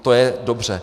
To je dobře.